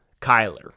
Kyler